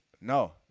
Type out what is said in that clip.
No